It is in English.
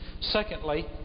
Secondly